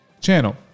channel